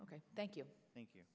ok thank you thank you